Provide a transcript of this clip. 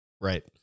Right